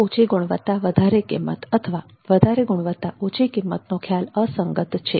ઓછી ગુણવત્તા વધારે કિંમત અથવા વધારે ગુણવત્તા ઓછી કિંમતનો ખ્યાલ અસંગત છે